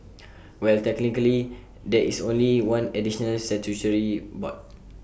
well technically there is only one additional statutory board